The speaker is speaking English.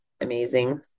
amazing